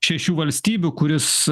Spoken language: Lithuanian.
šešių valstybių kuris